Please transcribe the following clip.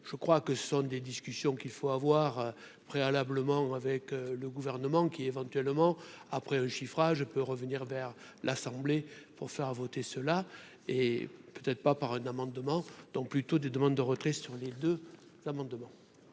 je crois que ce sont des discussions qu'il faut avoir préalablement avec le gouvernement, qui éventuellement après un chiffrage peut revenir vers l'Assemblée pour faire voter, cela est peut être pas par un amendement dans plutôt des demandes de retrait sur les deux amendement.